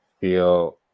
feel